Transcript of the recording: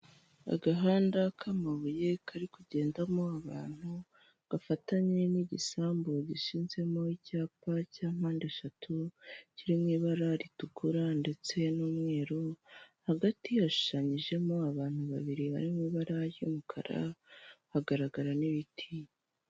Agahanda k'amabuye kari kugendamo abantu gafatanye n'igisambu gishizemo icyapa cya mpande eshatu, kiririmo ibara ritukura ndetse n'umweru hagati hashushanyijemo abantu babiri bari mu ibara ry'umukara hagaragara n'ibiti.